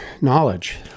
knowledge